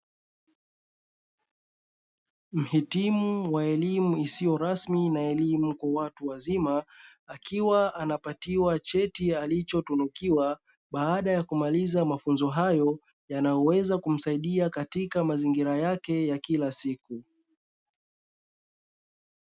Mhitimu wa elimu isiyo rasmi na elimu kwa watu wazima akiwa anapatiwa cheti alichotunukiwa baada ya kumaliza mafunzo hayo, yanayoweza kumsaidia katika mazingira yake ya kila siku.